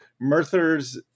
murthers